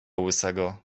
łysego